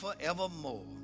forevermore